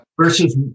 Versus